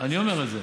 אני אומר את זה.